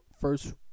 first